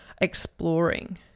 exploring